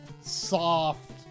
soft